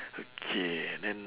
okay then